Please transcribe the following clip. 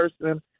person